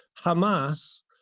hamas